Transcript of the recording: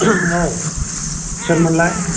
औ सोरमोनलाय